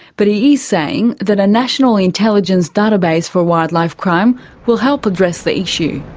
but he is saying that a national intelligence database for wildlife crime will help address the issue.